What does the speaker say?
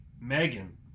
Megan